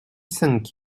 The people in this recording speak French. cinq